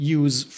use